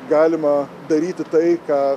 galima daryti tai ką